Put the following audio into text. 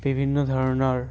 বিভিন্ন ধৰণৰ